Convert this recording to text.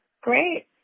Great